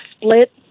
split